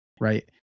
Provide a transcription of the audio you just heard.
right